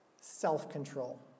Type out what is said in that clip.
self-control